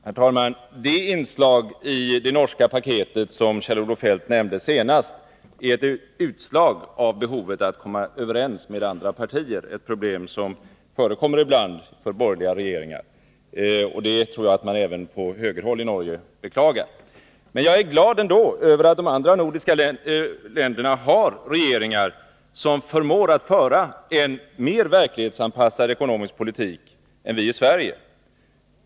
Herr talman! Det inslag i det norska paketet som Kjell-Olof Feldt nämnde senast är ett utslag av behovet att komma överens med andra partier — ett problem som förekommer ibland för borgerliga regeringar — och just den detaljen tror jag att man även på högerhåll i Norge beklagar. Jag är glad att de andra nordiska länderna har regeringar som förmår föra en mer verklighetsanpassad ekonomisk politik än Sverige.